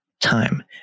time